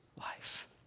life